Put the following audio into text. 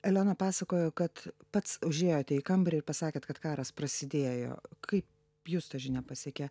elena pasakojo kad pats užėjote į kambarį ir pasakėt kad karas prasidėjo kaip jus ta žinia pasiekė